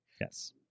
Yes